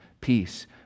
peace